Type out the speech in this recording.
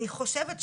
חושבת,